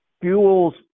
fuels